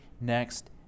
next